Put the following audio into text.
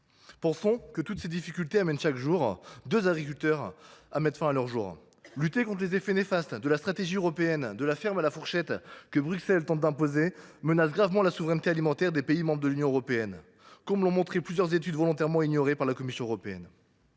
Pensons que toutes ces difficultés amènent chaque jour deux agriculteurs à mettre fin à leur vie. Lutter contre les effets néfastes de la stratégie européenne dite de la ferme à la fourchette, que Bruxelles tente d’imposer, menace gravement la souveraineté alimentaire des pays membres de l’Union européenne, comme l’ont montré plusieurs études volontairement ignorées par la Commission européenne.